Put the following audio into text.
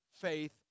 faith